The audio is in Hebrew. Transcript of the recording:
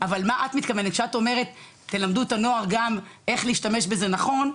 אבל מה את מתכוונת שאת אומרת תלמדו את הנוער גם איך להשתמש בזה נכון,